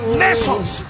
nations